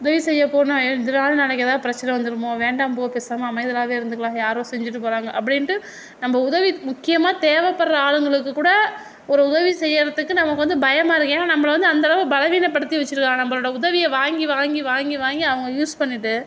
உதவி செய்ய போனால் இதனால் நமக்கு நாளைக்கு பிரச்சனை வந்துடுமோ வேண்டாம் போ பேசாமல் அமைதியாக இருந்துக்கலாம் யாரோ செஞ்சுட்டு போகிறாங்க அப்படின்ட்டு நம்ம உதவி முக்கியமாக தேவைபட்ற ஆளுங்களுக்கு கூட ஒரு உதவி செய்கிறதுக்கு நமக்கு வந்து பயமாக இருக்கு ஏன்னா நம்மள வந்து அந்தளவுக்கு பலவீனப்படுத்தி வச்சுருக்காங்க நம்மளோட உதவியை வாங்கி வாங்கி வாங்கி வாங்கி அவங்க யூஸ் பண்ணிவிட்டு